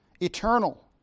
eternal